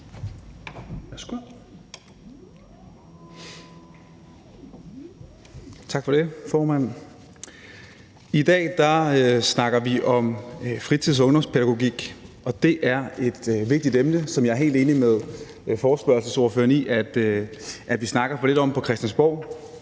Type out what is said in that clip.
I dag snakker vi om fritids- og ungdomspædagogik, og det er et vigtigt emne, som jeg er helt enig med ordføreren for forespørgerne i vi snakker for lidt om på Christiansborg.